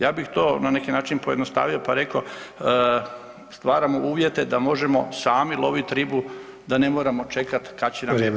Ja bih to na neki način pojednostavio pa rekao, stvaramo uvjete da možemo sami lovit ribu da ne moramo čekati [[Upadica: Vrijeme.]] kad će nam netko dati.